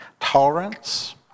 Tolerance